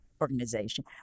organization